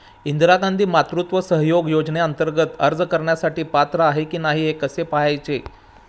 इंदिरा गांधी मातृत्व सहयोग योजनेअंतर्गत अर्ज करण्यासाठी पात्र आहे की नाही हे कसे पाहायचे?